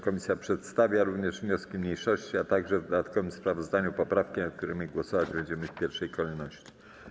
Komisja przedstawia również wnioski mniejszości, a także w dodatkowym sprawozdaniu poprawki, nad którymi głosować będziemy w pierwszej kolejności.